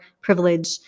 privilege